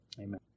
Amen